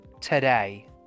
today